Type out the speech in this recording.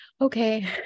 okay